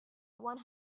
one